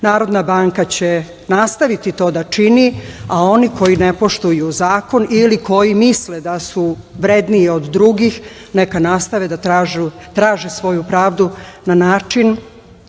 banka će nastaviti to da čini, a oni koji ne poštuju zakon ili koji misle da su vredniji od drugih neka nastave da traže svoju pravdu na način